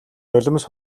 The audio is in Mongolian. нулимс